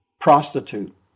prostitute